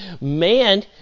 man